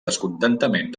descontentament